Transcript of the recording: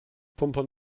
pumpern